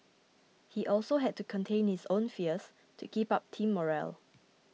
he also had to contain his own fears to keep up team morale